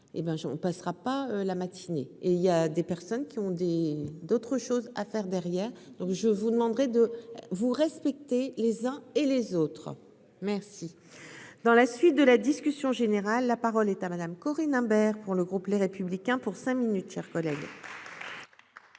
je on passera pas la matinée et il y a des personnes qui ont des d'autres choses à faire derrière, donc je vous demanderai de vous respectez les uns et les autres, merci. Dans la suite de la discussion générale, la parole est à Madame Corinne Imbert pour le groupe Les Républicains pour cinq minutes chers collègues.